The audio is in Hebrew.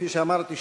כפי שאמרתי,